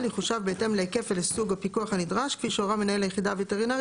בהסכמת שר האוצר ובאישור הוועדה,